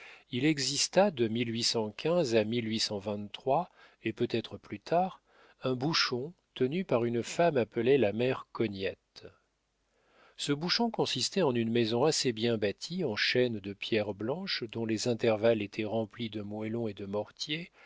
il exista de à et peut-être plus tard un bouchon tenu par une femme appelée la mère cognette ce bouchon consistait en une maison assez bien bâtie en chaînes de pierre blanche dont les intervalles étaient remplis de moellons et de mortier